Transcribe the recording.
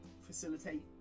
facilitate